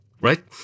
Right